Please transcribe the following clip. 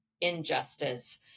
injustice